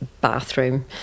bathroom